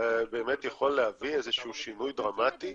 שבאמת יכול להביא איזשהו שינוי דרמטי